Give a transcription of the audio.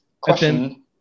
Question